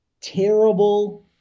terrible